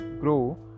grow